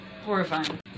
Horrifying